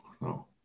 no